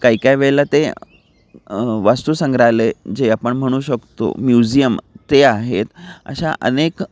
काही काही वेळेला ते वस्तुसंग्रहालय जे आपण म्हणू शकतो म्यूझियम ते आहेत अशा अनेक